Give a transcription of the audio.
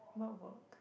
what work